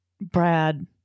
Brad